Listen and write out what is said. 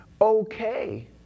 Okay